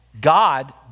God